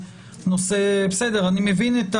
בסדר, אני מבין.